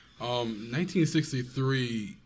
1963